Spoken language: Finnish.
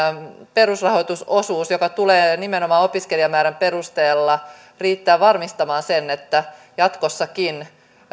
perusrahoitusosuus joka tulee nimenomaan opiskelijamäärän perusteella riittää varmistamaan sen että jatkossakin